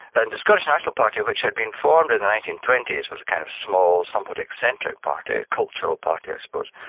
and the scottish national party, which had been formed in the nineteen twenty s, was a kind of small somewhat eccentric party, a cultural party i suppose,